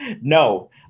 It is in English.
No